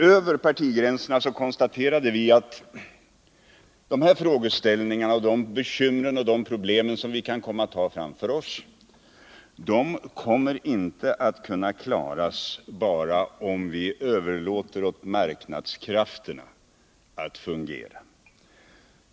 Över partigränserna konstaterade vi att de här frågeställningarna, bekymren och problemen inte kan klaras om vi bara överlåter åt marknadskrafterna att fungera.